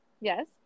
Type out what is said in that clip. Yes